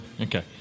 okay